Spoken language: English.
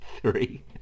Three